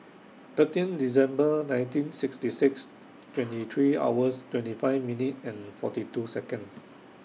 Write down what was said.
thirteen December nineteen sixty six twenty three hours twenty five minute and forty two Second